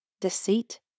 deceit